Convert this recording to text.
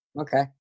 okay